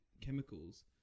chemicals